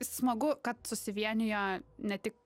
smagu kad susivienijo ne tik